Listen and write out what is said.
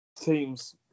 teams